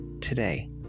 today